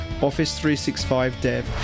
Office365Dev